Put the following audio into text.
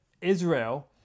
Israel